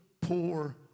poor